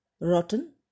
Rotten